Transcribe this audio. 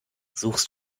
suchst